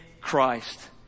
Christ